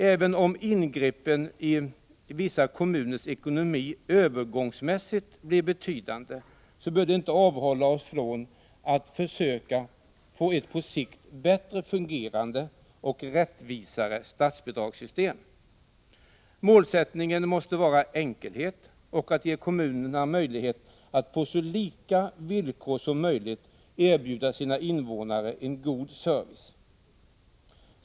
Även om ingreppen i vissa kommuners ekonomi övergångsmässigt blir betydande, bör vi emellertid inte avhålla oss från att försöka få ett på sikt bättre fungerande och rättvisare statsbidragssystem. Målsättningen måste vara enkelhet och att ge kommunerna möjlighet att på så lika villkor som möjligt erbjuda sina invånare en god service.